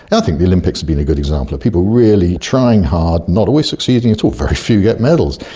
and i think the olympics have been a good example of people really trying hard, not always succeeding at all, very few get medals,